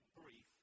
brief